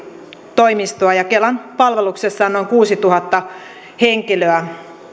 toimistoa ja kelan palveluksessa on noin kuusituhatta henkilöä